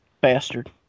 Bastard